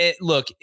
look